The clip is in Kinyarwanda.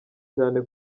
cyane